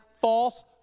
false